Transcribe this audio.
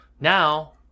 now